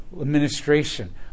administration